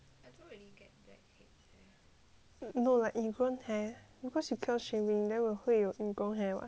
no like ingrown hair because you keep on shaving then 会有 like ingrown hair [what]